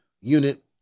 unit